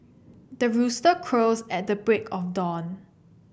the rooster crows at the break of dawn